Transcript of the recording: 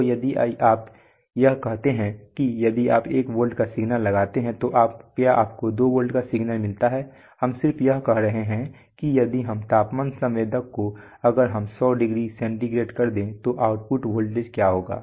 तो यदि आप यह कहते हैं कि यदि आप 1 वोल्ट का सिग्नल लगाते हैं तो क्या आपको 2 वोल्ट का सिग्नल मिलता है हम सिर्फ यह कह रहे हैं कि यदि हम तापमान संवेदक को अगर हम 100 डिग्री सेंटीग्रेड कर दे तो आउटपुट वोल्टेज क्या होगा